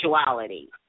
sexuality